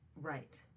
Right